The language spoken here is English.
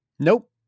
Nope